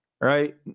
right